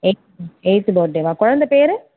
eighth eighth பர்த்டேவா குழந்தை பேர்